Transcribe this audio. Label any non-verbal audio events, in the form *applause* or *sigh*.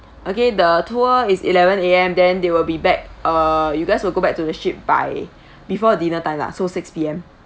*breath* okay the tour is eleven A_M then they will be back uh you guys will go back to the ship by *breath* before the dinner time lah so six P_M